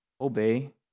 obey